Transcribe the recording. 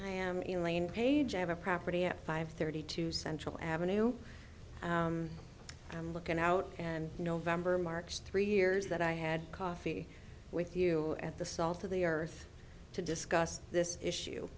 i am elaine paige i have a property at five thirty two central avenue i'm looking out and november marks three years that i had coffee with you at the salt of the earth to discuss this issue